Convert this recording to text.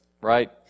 right